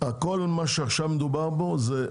הכל מה שעכשיו מדובר בו, זה.